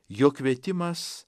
jo kvietimas